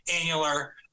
annular